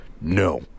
No